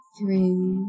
Three